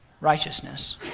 righteousness